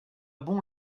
bon